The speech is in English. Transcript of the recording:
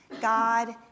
God